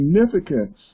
significance